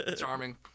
Charming